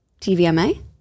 TVMA